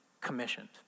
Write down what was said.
commissioned